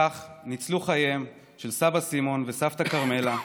כך ניצלו חייהם של סבא סימון וסבתא כרמלה,